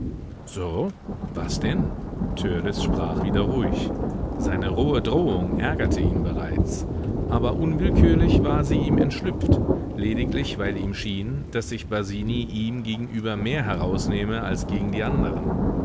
so was denn törleß sprach wieder ruhig seine rohe drohung ärgerte ihn bereits aber unwillkürlich war sie ihm entschlüpft lediglich weil ihm schien daß sich basini ihm gegenüber mehr herausnehme als gegen die anderen